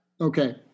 Okay